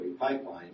Pipeline